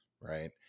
Right